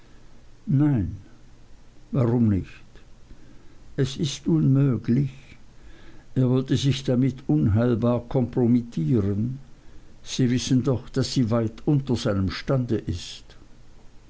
nein warum nicht es ist unmöglich er würde sich damit unheilbar kompromittieren sie wissen doch daß sie weit unter seinem stande ist